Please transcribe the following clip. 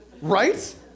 Right